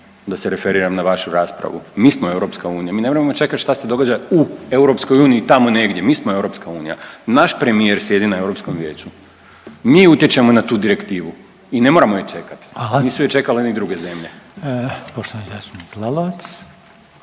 da se referiram na vašu raspravu, mi smo EU. Mi ne moramo čekati šta se događa u EU tamo negdje, mi smo EU. Naš premijer sjedi na Europskom vijeću, mi utječemo na tu direktivu i ne moramo je čekati. Nisu je čekale ni druge zemlje. **Reiner, Željko